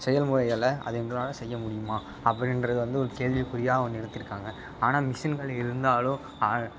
செயல்முறைகளில் அது எங்களால் செய்யமுடியுமா அப்படின்றது வந்து ஒரு கேள்விக்குறியாக அவங்க நிறுத்தியிருக்காங்க ஆனால் மிஷின்கள் இருந்தாலோ அ